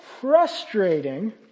frustrating